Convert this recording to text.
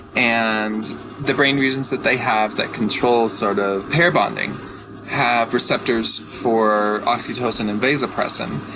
and the brain regions that they have that control sort of pair bonding have receptors for oxytocin and vasopressin.